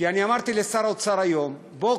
כי אמרתי לשר האוצר היום: בוא,